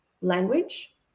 language